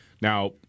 Now